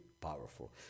powerful